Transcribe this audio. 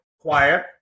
quiet